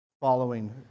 following